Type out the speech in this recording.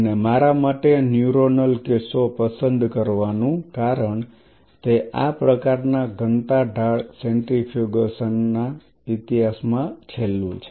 અને મારા માટે ન્યુરોનલ કિસ્સો પસંદ કરવાનું કારણ તે આ પ્રકારના ઘનતા ઢાળ સેન્ટ્રીફ્યુગેશન ના ઇતિહાસમાં છેલ્લું છે